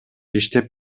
иштеп